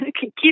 keep